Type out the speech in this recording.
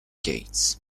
gates